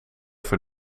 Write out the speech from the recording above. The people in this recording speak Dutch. voor